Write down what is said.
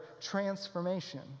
transformation